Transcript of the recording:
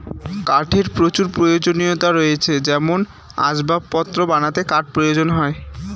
কাঠের প্রচুর প্রয়োজনীয়তা রয়েছে যেমন আসবাবপত্র বানাতে কাঠ প্রয়োজন হয়